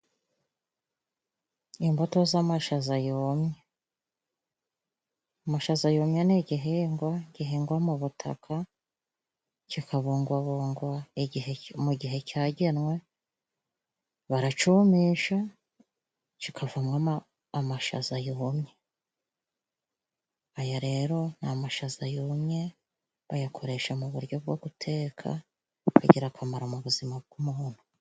Imbuto z'amashaza yumye. Amashaza yumye ni igihingwa gihingwa mu butaka, kikabungwabungwa mu gihe cyagenwe. Baracumisha kikavamwo amashaza yumye. Aya rero ni amashaza yumye, bayakoresha mu buryo bwo guteka, agira akamaro muzima bw'umuntu.